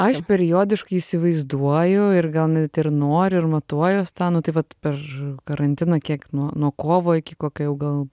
aš periodiškai įsivaizduoju ir gal net ir noriu ir matuojuos tą nu tai vat per karantiną kiek nuo nuo kovo iki kokio jau gal